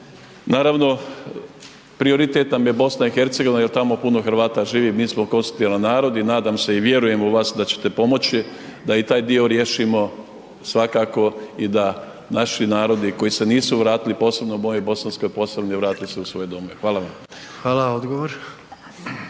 Naravno, prioritet nam je BiH jer tamo puno Hrvata živi, mi smo konstitutivan narod i nadam se i vjerujem u vas da ćete pomoći da i taj dio riješimo svakako i da naši narodi koji se nisu vratili, posebno moji u Bosanskoj Posavini vrate se u svoje domovine. Hvala vam. **Jandroković,